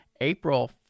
April